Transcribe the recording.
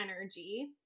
energy